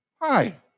hi